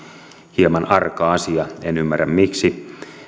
hieman arka asia en ymmärrä miksi